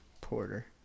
Porter